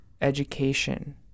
education